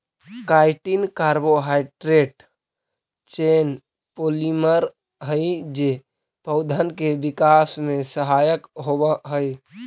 chitin carbohydrate chain polymer हई जे पौधन के विकास में सहायक होवऽ हई